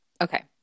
Okay